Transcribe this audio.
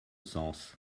sens